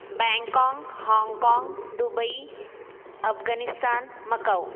Bangkok Hong Kong Dubai Afghanistan Macao